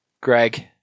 Greg